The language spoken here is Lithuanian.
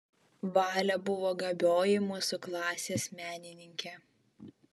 valė buvo gabioji mūsų klasės menininkė